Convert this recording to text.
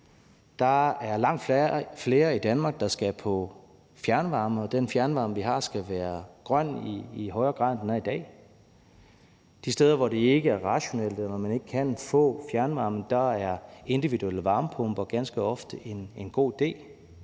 Der er langt flere i Danmark, der skal på fjernvarme, og den fjernvarme, vi har, skal være grøn i højere grad, end den er i dag. De steder, hvor det ikke er rationelt, eller hvor man ikke kan få fjernvarme, er individuelle varmepumper ganske ofte en god idé.